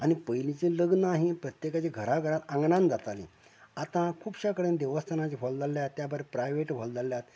आनी पयलींची लग्नां ही प्रत्याकाच्या घराघरांत आंगणान जाताली आता खुबश्या कडेन देवस्थानाचे हॉल जाल्ल्या कारणान त्याबर प्रायवेट हॉल जाल्ल्या कारणान